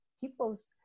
people's